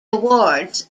awards